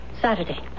Saturday